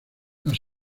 las